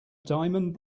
diamond